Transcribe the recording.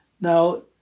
Now